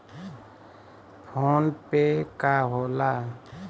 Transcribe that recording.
PhonePe का होला?